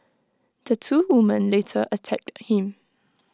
the two women later attacked him